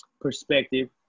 perspective